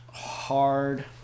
Hard